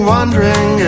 Wondering